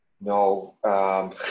No